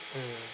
mm